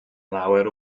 lawer